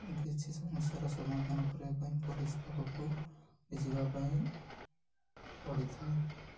କିଛି ସମସ୍ୟାର ସମାଧାନ କରିବା ପାଇଁ ପୋଲିସ ପାଖକୁ ବି ଯିବା ପାଇଁ ପଡ଼ିଥାଏ